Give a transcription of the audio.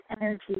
energy